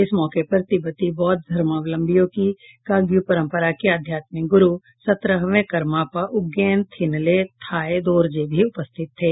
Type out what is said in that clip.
इस मौके पर तिब्बती बौद्ध धर्मावलंवियों की काग्यू परंपरा के अध्यात्मिक गुरू सत्रहवें करमापा उज्ञेन थिनले थाय दोरजे भी उपस्थित थे